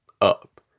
up